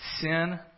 sin